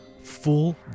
Full